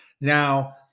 Now